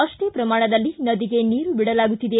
ಅಪ್ಪೇ ಪ್ರಮಾಣದಲ್ಲಿ ನದಿಗೆ ನೀರು ಬಿಡಲಾಗುತ್ತಿದೆ